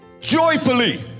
joyfully